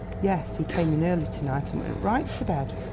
yes he came in early to-night and went right to bed.